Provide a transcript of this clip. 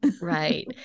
Right